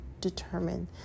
determined